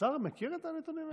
האוצר מכיר את הנתונים האלה?